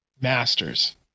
masters